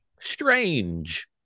Strange